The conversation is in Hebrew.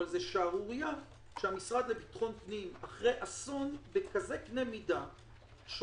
אבל זה שערורייה שהמשרד לביטחון פנים אחרי אסון בקנה מידה כזה